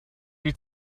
die